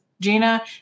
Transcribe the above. gina